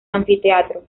anfiteatro